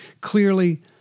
Clearly